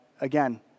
again